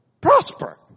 prosper